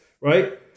right